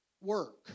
work